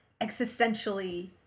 existentially